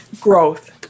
growth